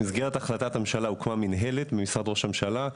במסגרת החלטת הממשלה הוקמה המנהלת ממשרד ראש הממשלה,